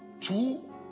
two